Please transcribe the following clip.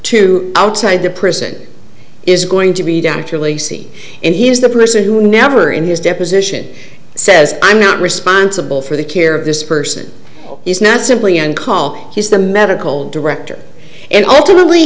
to outside the prison is going to be dr lee c and he is the person who never in his deposition says i'm not responsible for the care of this person is not simply an call he's the medical director and ultimately